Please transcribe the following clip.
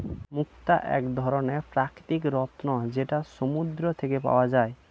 মুক্তা এক ধরনের প্রাকৃতিক রত্ন যেটা সমুদ্র থেকে পাওয়া যায়